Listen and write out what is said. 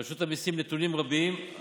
לרשות המיסים נתונים רבים,